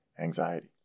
anxiety